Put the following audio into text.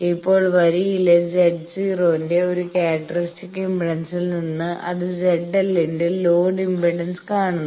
ഇപ്പോൾ വരിയിലെ Z0 ന്റെ ഒരു ക്യാരക്ടറിസ്റ്റിക്സ് ഇംപെഡൻസിൽ നിന്ന് അത് ZL ന്റെ ലോഡ് ഇംപെഡൻസ് കാണുന്നു